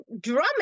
drumming